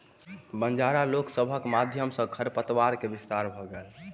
बंजारा लोक सभक माध्यम सॅ खरपात के विस्तार भ गेल